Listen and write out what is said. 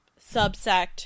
subsect